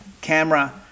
camera